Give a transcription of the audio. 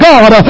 God